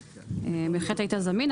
ובהחלט היית זמין.